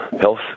health